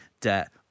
debt